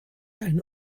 eine